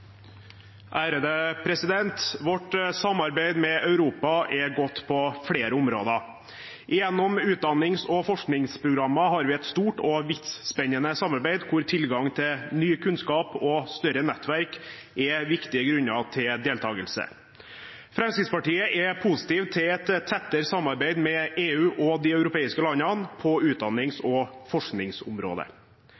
Vårt samarbeid med Europa er godt på flere områder. Gjennom utdannings- og forskningsprogrammer har vi et stort og vidtspennende samarbeid hvor tilgang til ny kunnskap og større nettverk er viktige grunner til deltakelse. Fremskrittspartiet er positiv til et tettere samarbeid med EU og de europeiske landene på utdannings-